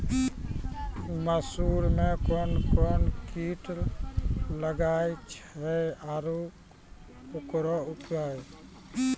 मसूर मे कोन कोन कीट लागेय छैय आरु उकरो उपाय?